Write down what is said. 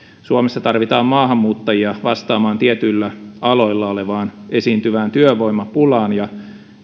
suomessa tarvitaan maahanmuuttajia vastaamaan tietyillä aloilla esiintyvään työvoimapulaan ja